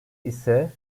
ise